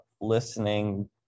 listening